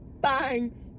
bang